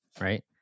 right